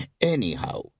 Anyhow